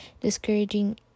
discouraging